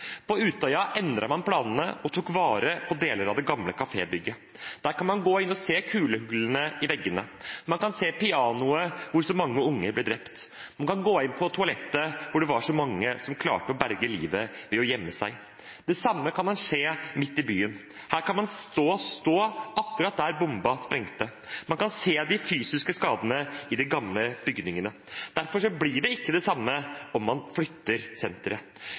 deler av det gamle kafébygget. Der kan man gå inn og se kulehullene i veggene. Man kan se pianoet som så mange unge ble drept ved. Man kan gå inn på toalettet, hvor det var så mange som klarte å berge livet ved å gjemme seg. Det samme kan man se midt i byen. Her kan man stå akkurat der bomben sprengte. Man kan se de fysiske skadene i de gamle bygningene. Derfor blir det ikke det samme om man flytter